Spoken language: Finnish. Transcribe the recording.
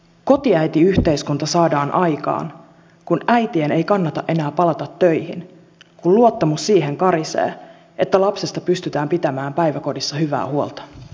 kotiäitiyhteiskunta saadaan aikaan kun äitien ei kannata enää palata töihin kun luottamus siihen karisee että lapsesta pystytään pitämään päiväkodissa hyvää huolta